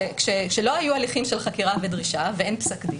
כשלא היו הליכים של חקירה ודרישה ואין פסק דין.